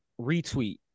Retweet